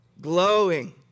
glowing